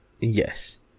Yes